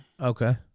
Okay